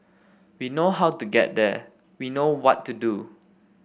we know how to get there we know what to do